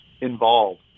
involved